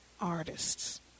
artists